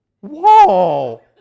Whoa